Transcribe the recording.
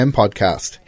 podcast